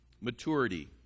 maturity